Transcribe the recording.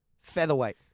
featherweight